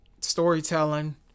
storytelling